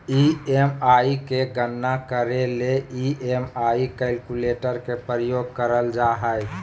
EMI के गणना करे ले ई.एम.आई कैलकुलेटर के प्रयोग करल जा हय